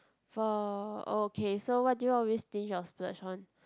for okay so what do you always stinge or splurge on